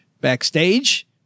backstage